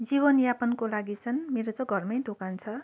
जीवनयापनको लागि चाहिँ मेरो चाहिँ घरमै दोकान छ